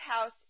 House